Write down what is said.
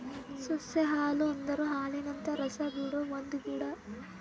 ಸಸ್ಯ ಹಾಲು ಅಂದುರ್ ಹಾಲಿನಂತ ರಸ ಬಿಡೊ ಒಂದ್ ಗಿಡ